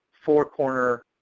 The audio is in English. four-corner